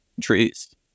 trees